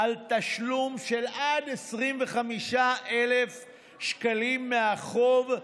תשלום של עד 21,000 שקלים מהחוב,